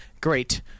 great